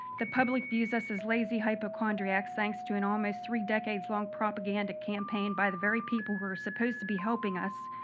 the public views us as lazy hypochondriacs, thanks to an almost three decades long propaganda campaign by the very people who are supposed to be helping us,